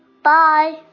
Bye